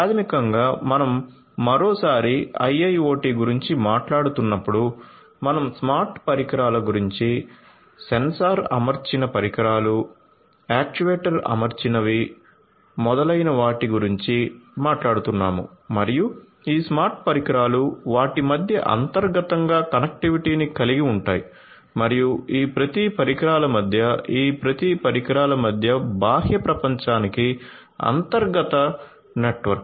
ప్రాథమికంగా మనం మరోసారి IIoT గురించి మాట్లాడుతున్నప్పుడు మనం స్మార్ట్ పరికరాల గురించి సెన్సార్ అమర్చిన పరికరాలు యాక్యుయేటర్ అమర్చినవి మొదలైన వాటి గురించి మాట్లాడుతున్నాము మరియు ఈ స్మార్ట్ పరికరాలు వాటి మధ్య అంతర్గతంగా కనెక్టివిటీని కలిగి ఉంటాయి మరియు ఈ ప్రతి పరికరాల మధ్య ఈ ప్రతి పరికరాల మధ్య బాహ్య ప్రపంచానికి అంతర్గత నెట్వర్క్